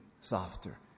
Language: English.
softer